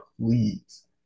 please